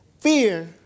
Fear